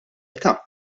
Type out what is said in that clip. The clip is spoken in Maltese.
età